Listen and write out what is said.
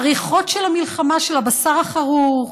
הריחות של המלחמה, של הבשר החרוך,